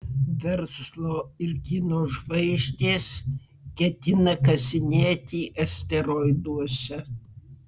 verslo ir kino žvaigždės ketina kasinėti asteroiduose